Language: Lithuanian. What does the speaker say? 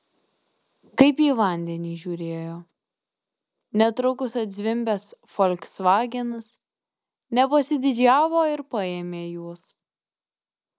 kaip į vandenį žiūrėjo netrukus atzvimbęs folksvagenas nepasididžiavo ir paėmė juos